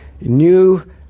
new